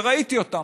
וראיתי אותם.